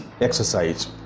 exercise